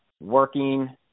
working